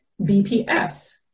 BPS